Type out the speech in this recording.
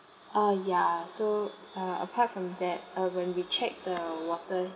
uh ya so uh apart from that uh when we check the water